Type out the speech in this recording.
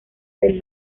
del